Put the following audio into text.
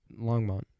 Longmont